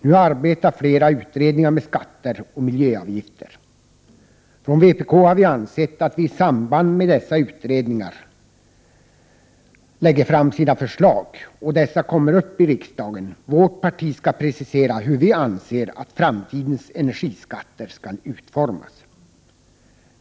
Nu arbetar flera utredningar med skatter och miljöavgifter. Från vpk har vi ansett att vi i samband med att dessa utredningar lägger fram sina förslag skall precisera hur vi anser att framtidens energiskatter skall utformas.